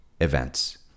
events